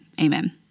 amen